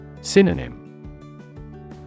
Synonym